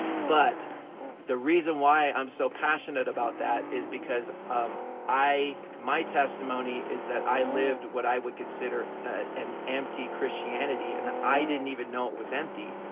but the reason why i'm so passionate about that is because um my testimony is that i lived what i would consider an empty christianity and i didn't even know it was empty.